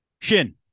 Shin